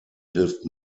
hilft